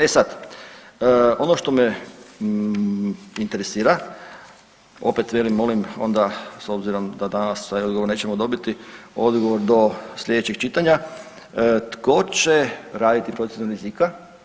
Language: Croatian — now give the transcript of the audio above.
E sad, ono što me interesira, opet velim molim onda s obzirom da danas taj odgovor nećemo dobiti, odgovor do sljedećeg čitanja, tko će raditi procjenu rizika?